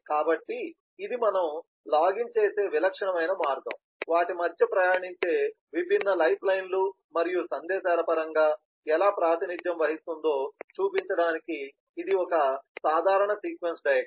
కాబట్టి ఇది మనము లాగిన్ చేసే విలక్షణమైన మార్గం వాటి మధ్య ప్రయాణించే విభిన్న లైఫ్లైన్లు మరియు సందేశాల పరంగా ఎలా ప్రాతినిధ్యం వహిస్తుందో చూపించడానికి ఇది ఒక సాధారణ సీక్వెన్స్ డయాగ్రమ్